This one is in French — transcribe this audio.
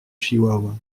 chihuahua